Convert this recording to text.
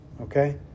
okay